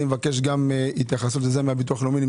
אבקש התייחסות גם לזה מהביטוח הלאומי.